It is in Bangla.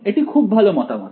এটি খুব ভালো মতামত